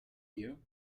you